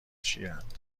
شیرند